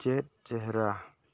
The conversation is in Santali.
ᱪᱮᱫ ᱪᱮᱦᱨᱟ